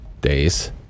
days